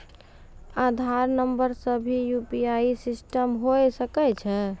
आधार नंबर से भी यु.पी.आई सिस्टम होय सकैय छै?